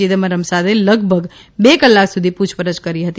ચિદમ્બરમ સાથે લગભગ બે કલાક સુધી પૂછપરછ કરી હતી